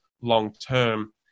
long-term